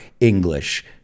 English